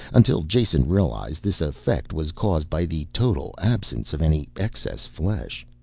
until jason realized this effect was caused by the total absence of any excess flesh.